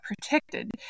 protected